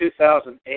2008